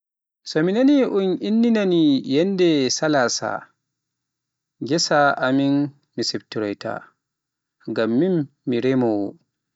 So mi nani un inni ni yannde Salasa, ngessa amin siptoroyta, ngam min mi remowoo.